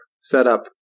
setup